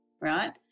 right